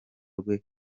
rwe